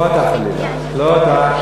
מי עשה?